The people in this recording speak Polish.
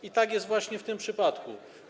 I tak jest właśnie w tym przypadku.